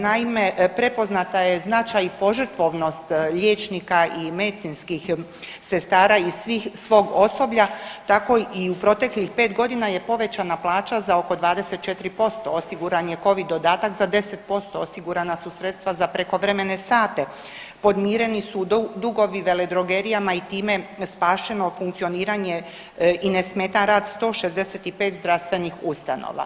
Naime, prepoznata je značaj i požrtvovnost liječnika i medicinskih sestara i svih, svog osoblja, tako i u proteklih 5.g. je povećana plaća za oko 24%, osiguran je covid dodatak za 10%, osigurana su sredstva za prekovremene sate, podmireni su dugovi veledrogerijama i time spašeno funkcioniranje i nesmetan rad 165 zdravstvenih ustanova.